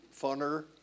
funner